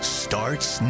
starts